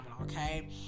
okay